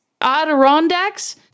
Adirondacks